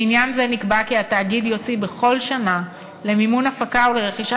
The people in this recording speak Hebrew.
בעניין זה נקבע כי התאגיד יוציא בכל שנה למימון הפקה ולרכישה